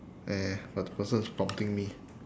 eh but the person is prompting me